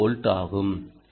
9 volt ஆகும்